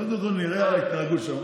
קודם כול נראה את ההתנהגות שלכם,